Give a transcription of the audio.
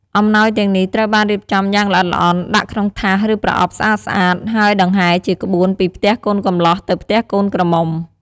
អំណោយទាំងនេះត្រូវបានរៀបចំយ៉ាងល្អិតល្អន់ ដាក់ក្នុងថាស ឬប្រអប់ស្អាតៗ ហើយដង្ហែជាក្បួនពីផ្ទះកូនកំលោះទៅផ្ទះកូនក្រមុំ។